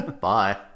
Bye